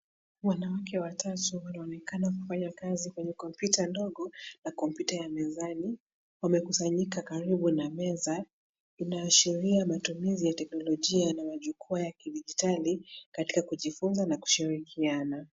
Wanawake watatu wanaonekana kufanya kazi kwenye kompyuta ndogo na kompyuta ya mezani. Wamekusanyika karibu na meza. Inaashiria matumizi ya teknolojia na majukwaa ya kidijitali katika kujifunza na kushirikiana.